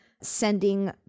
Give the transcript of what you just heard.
sending